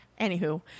Anywho